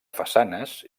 façanes